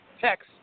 text